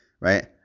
Right